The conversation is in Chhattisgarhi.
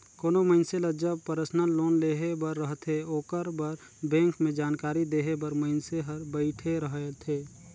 कोनो मइनसे ल जब परसनल लोन लेहे बर रहथे ओकर बर बेंक में जानकारी देहे बर मइनसे हर बइठे रहथे